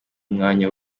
umwanya